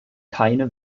keine